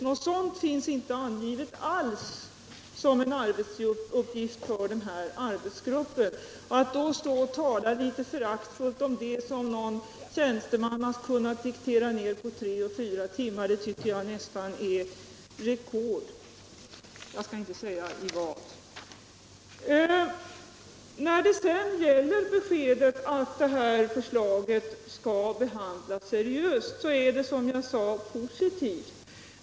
Något sådant finns inte alls angivet som en uppgift för den nya arbetsgruppen. Att stå här och tala litet föraktfullt om vårt förslag som någonting en tjänsteman bort kunna diktera ner på tre å fyra timmar tycker jag nästan är rekord — jag skall inte säga i vad. När det sedan gäller beskedet att detta förslag skall behandlas seriöst, så är det positivt.